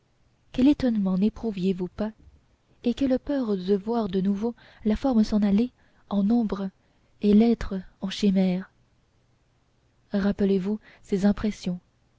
quel étonnement néprouviez vous pas et quelle peur de voir de nouveau la forme s'en aller en ombre et l'être en chimère rappelez-vous ces impressions